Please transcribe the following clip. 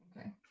Okay